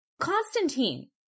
Constantine